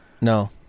No